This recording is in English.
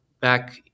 back